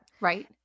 right